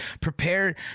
prepare